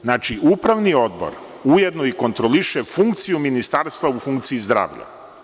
Znači, upravni odbor ujedno i kontroliše funkciju Ministarstva u funkciji zdravlja.